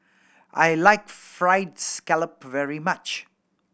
I like Fried Scallop very much